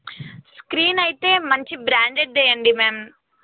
screen అయితే మంచి బ్రాండెడ్ది వెయ్యండి మ్యామ్